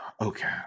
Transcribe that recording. Okay